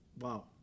wow